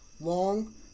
long